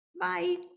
Bye